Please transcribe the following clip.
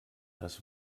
das